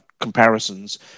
comparisons